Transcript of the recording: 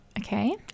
Okay